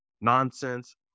nonsense